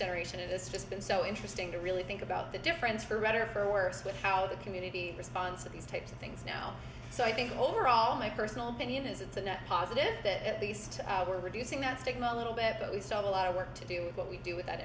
generation it's just been so interesting to really think about the difference for better or for worse with how the community response to these types of things now so i think overall my personal opinion is it's a net positive that at least we're reducing that stigma a little bit of a lot of work to do what we do with that